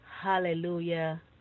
Hallelujah